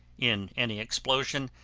in any explosion,